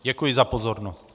Děkuji za pozornost.